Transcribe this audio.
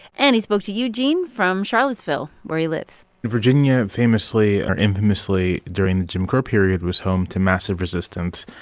and he spoke to eugene from charlottesville, where he lives and virginia, famously or infamously, during the jim crow period, was home to massive resistance,